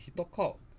he talk cock